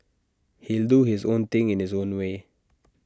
he'll do his own thing in his own way